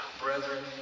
brethren